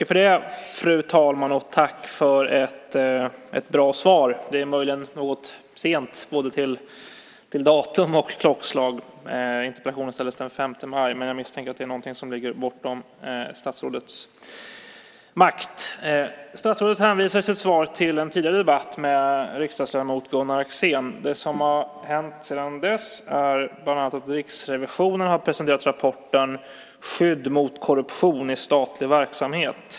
Fru talman! Tack för ett bra svar. Det är möjligen något sent, både till datum och till klockslag. Interpellationen ställdes den 5 maj. Jag misstänker att det är något som ligger bortom statsrådets makt. Statsrådet hänvisar i sitt svar till en tidigare debatt med riksdagsledamoten Gunnar Axén. Det som har hänt sedan dess är bland annat att Riksrevisionen har presenterat rapporten Skydd mot korruption i statlig verksamhet .